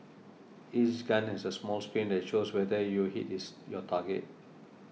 each gun has a small screen that shows whether you hit your target